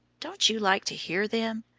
don't you like to hear them?